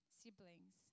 siblings